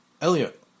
Elliot